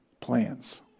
plans